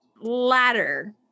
ladder